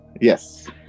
Yes